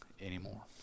anymore